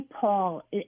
Paul